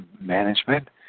management